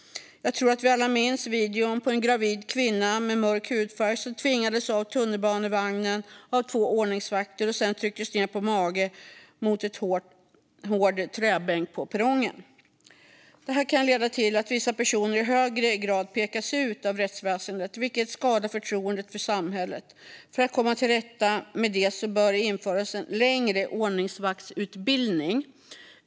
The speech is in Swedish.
Jag tror att vi alla minns filmen på en gravid kvinna med mörk hudfärg som tvingas av tunnelbanevagnen av två ordningsvakter och sedan trycks ned på mage mot en hård träbänk på perrongen. Det här kan leda till att vissa personer i högre grad pekas ut av rättsväsendet, vilket skadar förtroendet för samhället. För att komma till rätta med det bör det införas en längre ordningsvaktsutbildning.